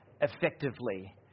effectively